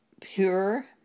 pure